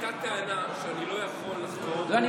הייתה טענה שאני לא יכול לחקור אותו כי הוא מינה אותי,